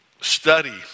study